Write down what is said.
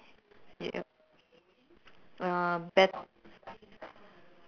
yup uh bet~